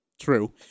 true